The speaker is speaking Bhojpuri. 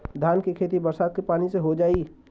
धान के खेती बरसात के पानी से हो जाई?